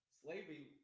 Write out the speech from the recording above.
slavery